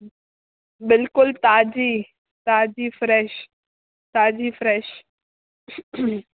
बिल्कुलु ताज़ी ताज़ी फ़्रेश ताज़ी फ़्रेश